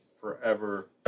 forever